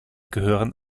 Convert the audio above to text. gehören